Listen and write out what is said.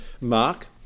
mark